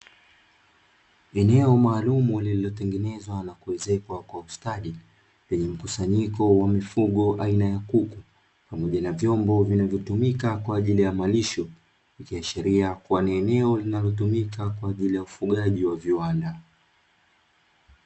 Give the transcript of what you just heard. Eneo maalumu lililotengenezwa na kuezekwa kwa ustadi wenye mkusanyiko wa mifugo, aina ya kuku pamoja na vyombo vinavyotumika kwa ajili ya malisho, ikiashiria kuwa ni eneo linalotumika kwa ajili ya ufugaji wa viwanda.